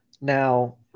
Now